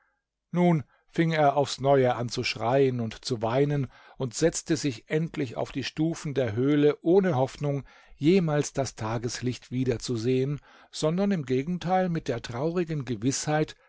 nun fing er aufs neue an zu schreien und zu weinen und setzte sich endlich auf die stufen der höhle ohne hoffnung jemals das tageslicht wieder zu sehen sondern im gegenteil mit der traurigen gewißheit